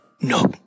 No